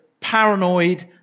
paranoid